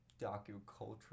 docu-culture